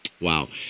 Wow